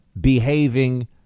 behaving